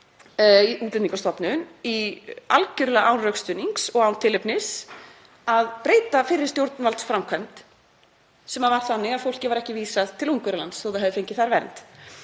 því algerlega án rökstuðnings og án tilefnis að breyta fyrri stjórnvaldsframkvæmd sem var þannig að fólki var ekki vísað til Ungverjalands þó að það hefði fengið þar vernd.